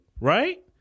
right